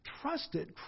trusted